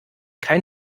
kein